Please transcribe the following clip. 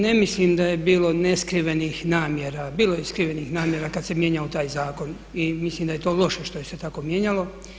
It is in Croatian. Ne mislim da je bilo neskrivenih namjera, bilo je i skrivenih namjera kad se mijenjao taj zakon i mislim da je to loše što se tako mijenjalo.